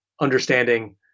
understanding